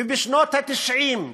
ומשנות ה-90,